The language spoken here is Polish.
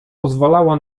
pozwalała